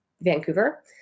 Vancouver